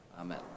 Amen